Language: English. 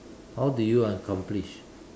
how do you accomplish